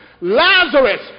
Lazarus